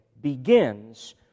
begins